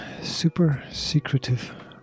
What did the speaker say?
super-secretive